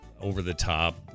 over-the-top